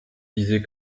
disais